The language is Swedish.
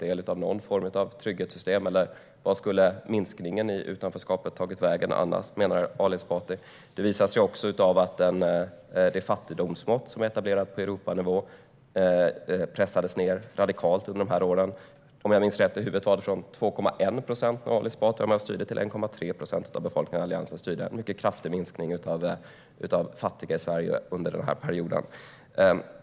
Det är också givetvis bara totalt nonsens. Var skulle minskningen av utanförskapet ha tagit vägen annars, menar Ali Esbati? Det fattigdomsmått som är etablerat på Europanivå pressades ned radikalt under de här åren. Om jag minns rätt i huvudet gick det från 2,1 procent av befolkningen när Ali Esbati med flera styrde till 1,3 procent när Alliansen styrde. Det är en mycket kraftig minskning av fattiga i Sverige under perioden.